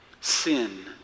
Sin